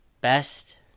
best